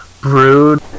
brewed